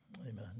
Amen